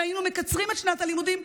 אם היינו מקצרים את שנת הלימודים,